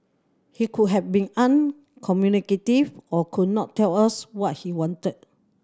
he could have been uncommunicative or could not tell us what he wanted